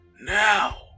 Now